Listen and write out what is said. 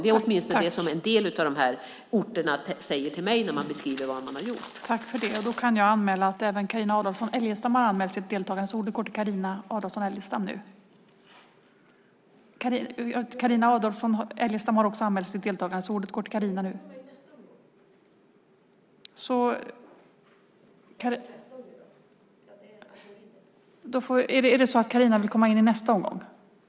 Det är åtminstone vad de säger till mig på en del av de här orterna när de beskriver vad de har gjort.